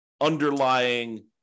underlying